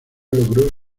logró